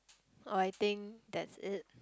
oh I think that's it